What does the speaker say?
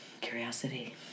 curiosity